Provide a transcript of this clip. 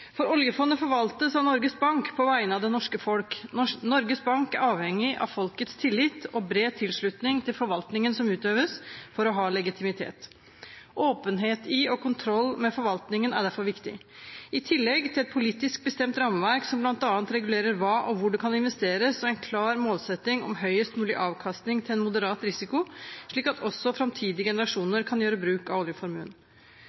For oljefondet forvaltes av Norges Bank på vegne av det norske folk. Norges Bank er avhengig av folkets tillit og bred tilslutning til forvaltningen som utøves, for å ha legitimitet. Åpenhet i og kontroll med forvaltningen er derfor viktig, i tillegg til et politisk bestemt rammeverk som bl.a. regulerer hva og hvor det kan investeres, og en klar målsetting om høyest mulig avkastning til en moderat risiko, slik at også framtidige